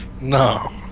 No